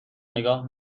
نگاه